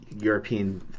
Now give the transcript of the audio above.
European